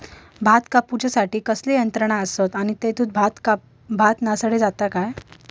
भात कापूच्या खाती कसले यांत्रा आसत आणि तेतुत भाताची नाशादी जाता काय?